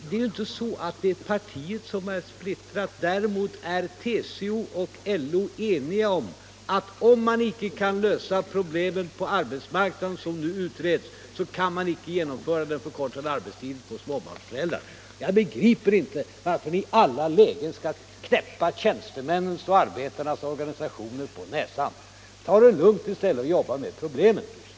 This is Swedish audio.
Det är ju inte så att partiet är splittrat. Däremot är TCO och LO eniga om att om man icke kan lösa problemen på arbetsmarknaden, som nu utreds, kan man icke genomföra den förkortade arbetstiden för småbarnsföräldrar. Jag begriper inte att ni i alla lägen skall knäppa tjänstemännens och arbetarnas organisationer på näsan. Ta det lugnt i stället och jobba med problemen!